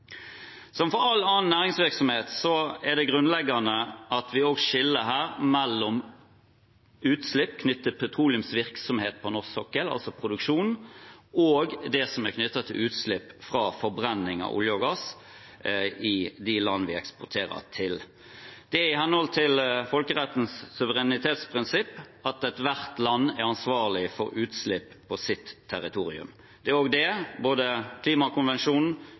Som for all annen næringsvirksomhet er det grunnleggende at vi også her skiller mellom utslipp knyttet til petroleumsvirksomhet på norsk sokkel, altså produksjon, og det som er knyttet til utslipp fra forbrenning av olje og gass i de land vi eksporterer til. Det er i henhold til folkerettens suverenitetsprinsipp at ethvert land er ansvarlig for utslipp på sitt territorium, og det bygger både Klimakonvensjonen,